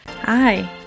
Hi